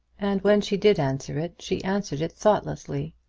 and when she did answer it, she answered it thoughtlessly.